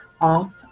off